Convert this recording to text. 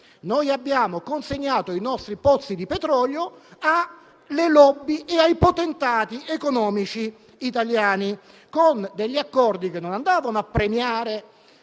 Noi abbiamo consegnato i nostri pozzi di petrolio alle *lobby* e ai potentati economici italiani, con accordi che non andavano a premiare